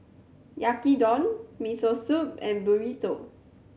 Yaki Udon Miso Soup and Burrito